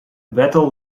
battle